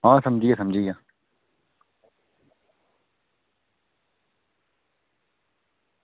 आं समझी गेआ समझी गेआ